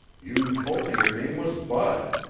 you told me your name was bud,